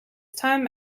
time